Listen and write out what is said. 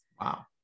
Wow